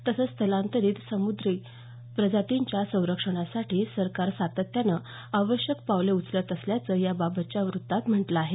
तसंच स्थलांतरित समुद्री प्रजातींच्या संरक्षणासाठी सरकार सातत्यानं आवश्यक पावलं उचलत असल्याचं याबाबतच्या वृत्तात म्हटलं आहे